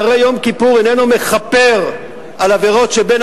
שהרי יום כיפור איננו מכפר על עבירות שבין